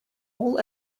all